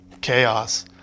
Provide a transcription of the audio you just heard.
chaos